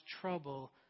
trouble